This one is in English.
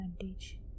advantage